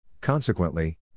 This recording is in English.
Consequently